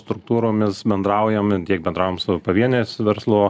struktūromis bendraujam tiek bendraujam su pavieniais verslo